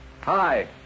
Hi